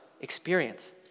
experience